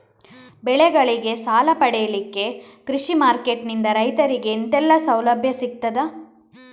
ಬೆಳೆಗಳಿಗೆ ಸಾಲ ಪಡಿಲಿಕ್ಕೆ ಕೃಷಿ ಮಾರ್ಕೆಟ್ ನಿಂದ ರೈತರಿಗೆ ಎಂತೆಲ್ಲ ಸೌಲಭ್ಯ ಸಿಗ್ತದ?